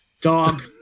Dog